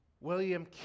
William